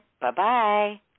Bye-bye